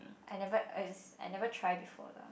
I never is I never try before lah